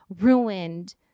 ruined